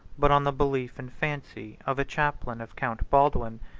but on the belief and fancy, of a chaplain of count baldwin,